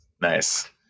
Nice